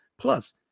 plus